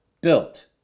built